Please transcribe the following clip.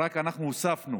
אנחנו הוספנו